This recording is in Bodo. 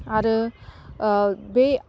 आरो बे